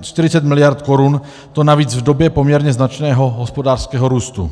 40 mld. korun, to navíc v době poměrně značného hospodářského růstu.